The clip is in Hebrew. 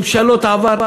ממשלות עבר.